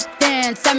dance